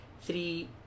three